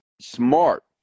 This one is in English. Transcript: smart